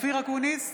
אופיר אקוניס,